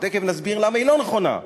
תכף נסביר למה היא לא נכונה,